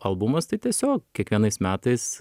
albumas tai tiesiog kiekvienais metais